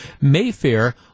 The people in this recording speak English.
Mayfair